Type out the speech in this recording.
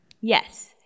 Yes